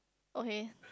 okay